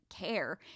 care